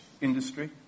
industry